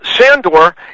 Sandor